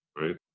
right